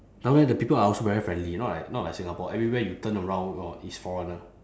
down there the people are also very friendly not like not like singapore everywhere you turn around orh is foreigner